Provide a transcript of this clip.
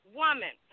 woman